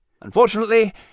Unfortunately